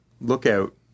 lookout